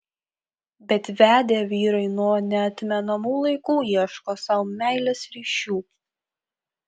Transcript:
bet vedę vyrai nuo neatmenamų laikų ieško sau meilės ryšių